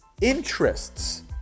interests